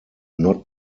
not